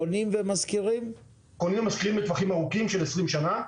קונים ומשכירים לטווחים ארוכים של עשרים שנה.